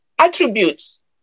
attributes